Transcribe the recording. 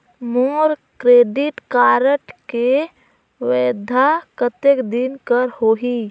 मोर credit card के वैधता कतेक दिन कर होही?